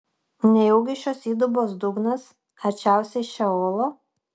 nejaugi šios įdubos dugnas arčiausiai šeolo